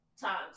times